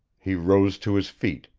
he rose to his feet,